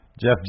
Jeff